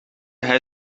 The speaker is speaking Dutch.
hij